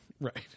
Right